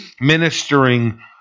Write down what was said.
ministering